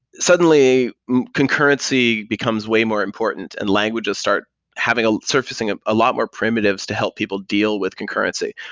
suddenly concurrency becomes way more important and languages start having a surfacing of a lot more primitives to help people deal with concurrency,